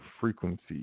frequency